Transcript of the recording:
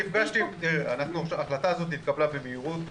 ההחלטה הזאת התקבלה במהירות.